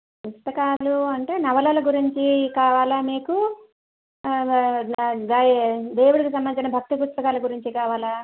పుస్తకాలు అంటే నవలల గురించి కావాలా మీకు దేవుడికి సంబంధించిన భక్తి పుస్తకాల గురించి కావాలా